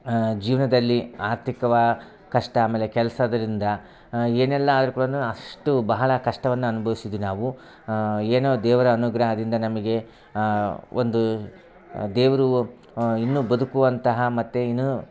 ಜೀವನದಲ್ಲಿ ಆರ್ಥಿಕವಾ ಕಷ್ಟ ಆಮೇಲೆ ಕೆಲ್ಸದರಿಂದ ಏನೆಲ್ಲ ಆದ್ರೆ ಕೂಡಾನು ಅಷ್ಟು ಬಹಳ ಕಷ್ಟವನ್ನ ಅನ್ಭವಿಸಿದ್ದೇವೆ ನಾವು ಏನೋ ದೇವರ ಅನುಗ್ರಹದಿಂದ ನಮಗೆ ಒಂದು ದೇವರು ಇನ್ನೂ ಬದುಕುವಂತಹ ಮತ್ತು ಇನ್ನು